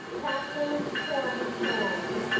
katherine cory sands